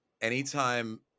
anytime